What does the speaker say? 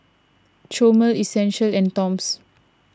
Chomel Essential and Toms